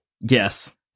Yes